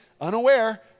unaware